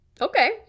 okay